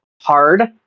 hard